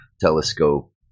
telescope